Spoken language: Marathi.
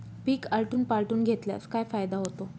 पीक आलटून पालटून घेतल्यास काय फायदा होतो?